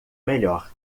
melhor